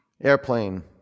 airplane